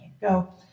go